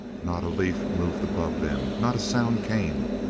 not a leaf moved above them, not a sound came.